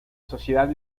sociedad